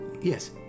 Yes